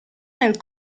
nel